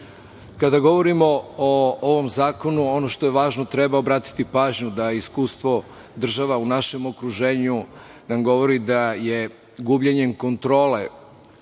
govorimo o ovom zakonu, ono što je važno, treba obratiti pažnju da iskustvo država u našem okruženju nam govori da je gubljenjem kontrole